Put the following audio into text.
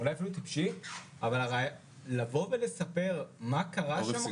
לבוא ולספר למשפחות מה קרה שם.